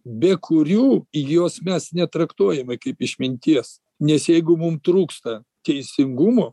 be kurių jos mes netraktuojame kaip išminties nes jeigu mum trūksta teisingumo